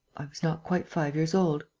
i was not quite five years old.